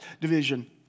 division